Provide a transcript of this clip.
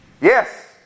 Yes